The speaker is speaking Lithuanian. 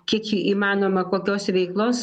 kiek įmanoma kokios veiklos